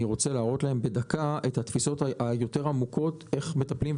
אני רוצה להראות להם בדקה את התפיסות העמוקות יותר איך מטפלים.